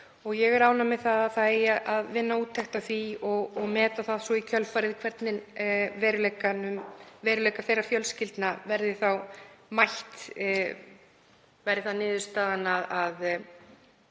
ég er ánægð með að gera eigi úttekt á því og meta svo í kjölfarið hvernig veruleika þeirra fjölskyldna verði þá mætt, verði það niðurstaðan að